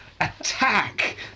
Attack